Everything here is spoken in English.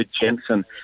Jensen